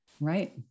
Right